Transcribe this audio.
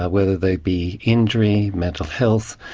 ah whether they be injury, mental health,